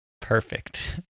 Perfect